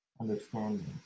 understanding